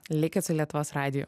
likit su lietuvos radiju